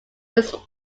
was